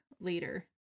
later